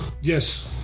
Yes